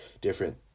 different